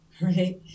right